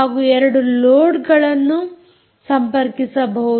ಹಾಗೂ 2 ಲೋಡ್ಗಳನ್ನು ಸಂಪರ್ಕಿಸಬಹುದು